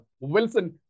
Wilson